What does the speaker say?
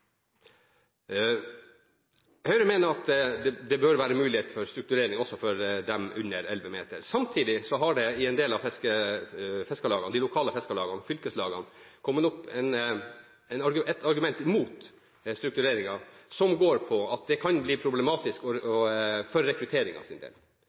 Høyre mener at det bør være mulighet for strukturering også for dem under 11 meter. Samtidig har det i en del av de lokale fiskerlagene og fylkeslagene kommet opp et argument mot struktureringen som går på at det kan bli problematisk for rekrutteringens del,